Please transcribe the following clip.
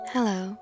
Hello